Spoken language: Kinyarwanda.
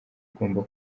ugomba